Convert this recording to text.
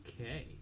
okay